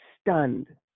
stunned